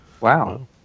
Wow